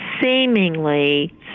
seemingly